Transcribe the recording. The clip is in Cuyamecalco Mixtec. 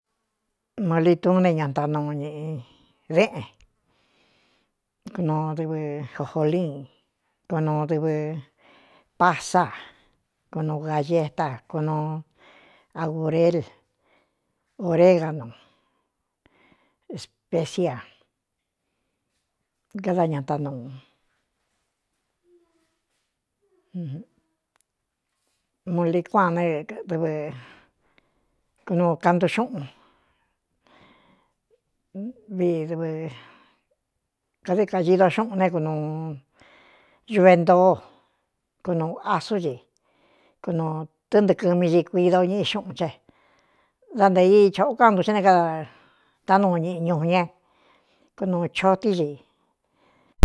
Molitun né ñatanuu ñīꞌi déꞌen kun dɨvɨ jjolin kunu dɨvɨ pasa kunu gayeta kunuu agūrel ōreganu specia ádañatanu mulikua nɨkn kaꞌntuxuꞌun vi dɨvɨkadɨkaido xuꞌun né knuu uve ntoo kunuu asúci kunu tɨntɨɨ̄kɨmi di kuido ñíꞌi xuꞌun ché dá ntē i chā ó kántu xé né kaā tánuu ñiꞌi ñuu ñé kunuu chotíxi.